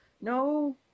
No